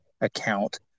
account